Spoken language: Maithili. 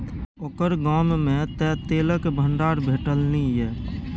ओकर गाममे तँ तेलक भंडार भेटलनि ये